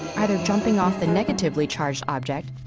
either jumping off the negatively charged object,